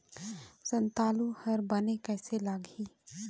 संतालु हर बने कैसे लागिही?